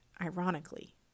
ironically